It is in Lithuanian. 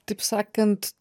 taip sakant